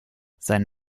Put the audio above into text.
sein